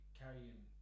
carrying